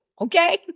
Okay